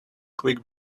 click